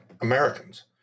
Americans